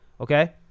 Okay